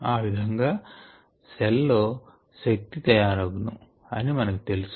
ఆ విధంగా సెల్ లో శక్తి తయారగును అని మనకు తెలుసు